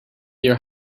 your